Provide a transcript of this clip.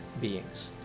beings